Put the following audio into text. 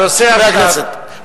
חברי הכנסת,